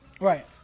Right